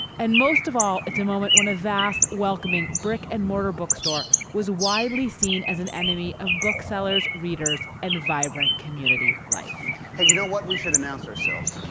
and most of all, it's a moment when a vast, welcoming brick and mortar bookstore was widely seen as an enemy of booksellers, readers and vibrant community life hey, you know what? we should announce ourselves